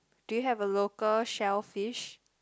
do you have a local shellfish